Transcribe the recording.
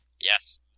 Yes